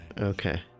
Okay